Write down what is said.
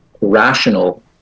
rational